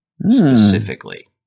specifically